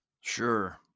sure